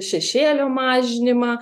šešėlio mažinimą